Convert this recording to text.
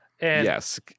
Yes